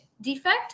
defect